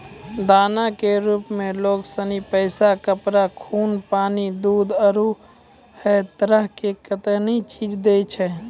दान के रुप मे लोग सनी पैसा, कपड़ा, खून, पानी, दूध, आरु है तरह के कतेनी चीज दैय छै